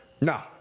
No